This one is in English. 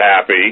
happy